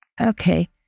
Okay